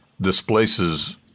displaces